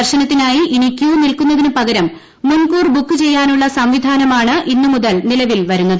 ദർശനത്തിനായി ഇനി ക്യൂ നിൽക്കുന്നതിന് പകരം മുൻകൂർ ബുക്ക് ചെയ്യാനുള്ള സംവിധാനമാണ് ഇന്നു്മുതൽ നിലവിൽ വരുന്നത്